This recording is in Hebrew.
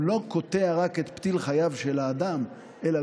הוא לא קוטע רק את פתיל חייב של האדם אלא